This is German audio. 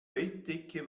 bettdecke